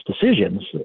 decisions